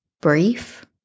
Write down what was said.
brief